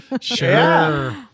sure